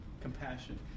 compassion